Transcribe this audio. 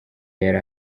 yari